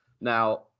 now